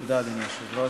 תודה, אדוני היושב-ראש.